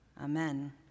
Amen